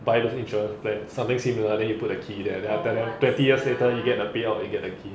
buy those insurance plan something similar then you put a key there then after that I'm twenty years later you get a payout you get the key